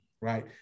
right